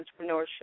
entrepreneurship